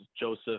Joseph